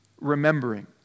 remembering